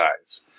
eyes